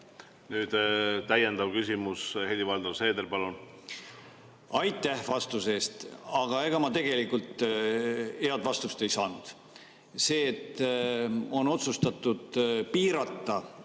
Nüüd täiendav küsimus. Helir-Valdor Seeder, palun! Aitäh vastuse eest! Aga ega ma tegelikult head vastust ei saanud. See, et on otsustatud piirata